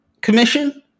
Commission